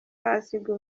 bahasiga